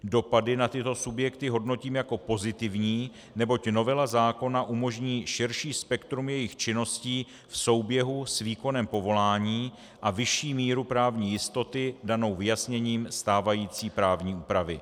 Dopady na tyto subjekty hodnotím jako pozitivní, neboť novela zákona umožní širší spektrum jejich činností v souběhu s výkonem povolání a vyšší míru právní jistoty danou vyjasněním stávající právní úpravy.